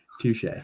Touche